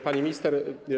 Pani Minister!